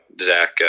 Zach